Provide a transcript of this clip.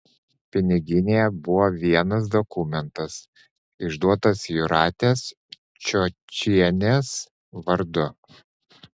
piniginėje buvo ne vienas dokumentas išduotas jūratės čiočienės vardu